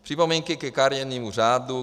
Připomínky ke kariérnímu řádu.